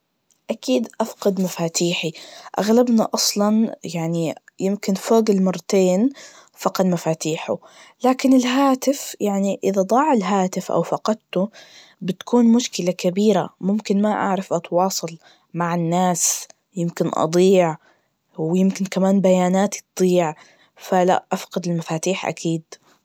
أكيد أفقد مفاتيحي, أغلبنا أصلاً يعني يمكن فوق المرتين فقد مفاتيحهه, لكن الهاتفف يعني إذا ضاع الهاتف أو فقدته, بتكون مشكلة كبيرة ممكن ما أعرف أتواصل مع الناس, يمكن أضيع, ويمكن كمان بياناتي تضيع, فلا, أفقد المفاتيح أكيد.